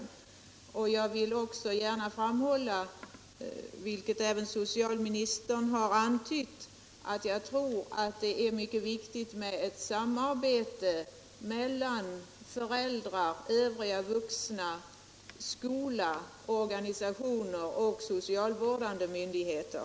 Jag vill gärna framhålla, vilket också socialministern har antytt, att det är mycket viktigt med ett samarbete mellan föräldrar, övriga vuxna, skola, organisationer och socialvårdande myndigheter.